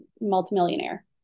multimillionaire